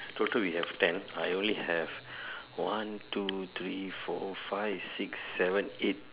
total we have ten I only have one two three four five six seven eight